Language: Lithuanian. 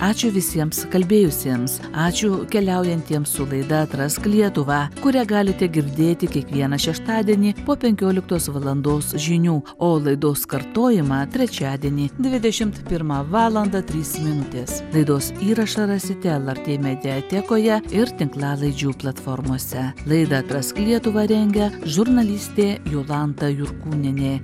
ačiū visiems kalbėjusiems ačiū keliaujantiems su laida atrask lietuvą kurią galite girdėti kiekvieną šeštadienį po penkioliktos valandos žinių o laidos kartojimą trečiadienį dvidešimt pirmą valandą trys minutės laidos įrašą rasite lrt mediatekoje ir tinklalaidžių platformose laida atrask lietuvą rengia žurnalistė jolanta jurkūnienė